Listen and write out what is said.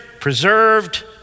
preserved